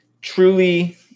truly